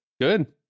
Good